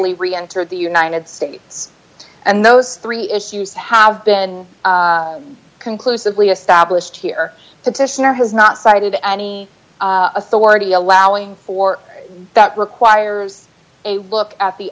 y reentered the united states and those three issues have been conclusively established here petitioner has not cited any authority allowing for that requires a look at the